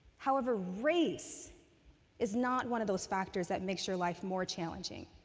however, race is not one of those factors that makes your life more challenging.